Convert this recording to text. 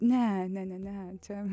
ne ne ne ne čia